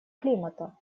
климата